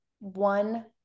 one